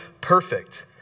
perfect